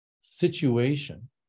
situation